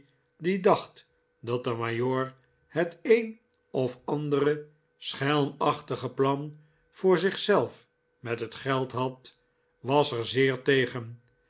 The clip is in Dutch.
die dacht dat de majoor het een of andere schelmachtige plan voor zichzelf met het geld had was er zeer tegen